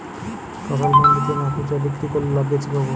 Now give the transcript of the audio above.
ফসল মন্ডিতে না খুচরা বিক্রি করলে লাভ বেশি পাব?